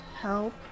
help